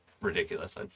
ridiculous